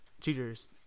cheaters